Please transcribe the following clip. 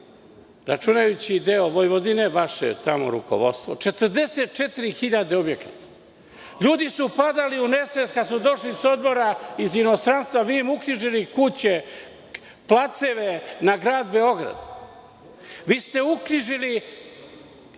računajući i deo Vojvodine, vaše je tamo rukovodstvo, 44.000 objekata. Ljudi su padali u nesvest kada su došli s odmora iz inostranstva. Vi ste im uknjižili kuće, placeve na Grad Beograd. Uknjižili